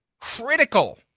critical